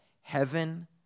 heaven